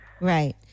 Right